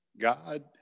God